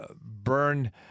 burn